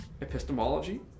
epistemology